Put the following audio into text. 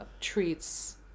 treats